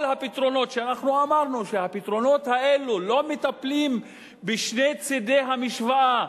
כל הפתרונות שאנחנו אמרנו שהם לא מטפלים בשני צדי המשוואה,